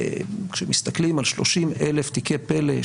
כשמסתכלים על 30,000 תיקי פל"א,